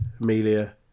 amelia